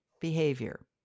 behavior